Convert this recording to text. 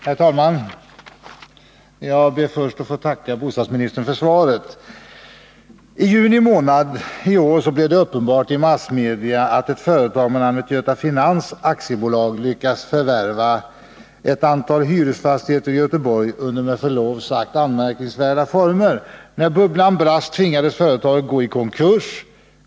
Herr talman! Jag ber först att få tacka bostadsministern för svaret. « Ijuni månad i år blev det genom massmedia uppenbart att ett företag med namnet Göta Finans AB lyckats förvärva ett antal hyresfastigheter i Göteborg under med förlov sagt anmärkningsvärda former. När bubblan brast tvingades företaget gå i konkurs.